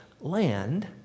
land